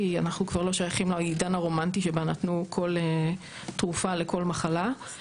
כי אנחנו כבר לא שייכים לעידן הרומנטי שבו נתנו כל תרופה לכל מחלה.